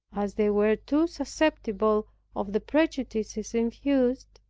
as they were too susceptible of the prejudices infused,